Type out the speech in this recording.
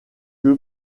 que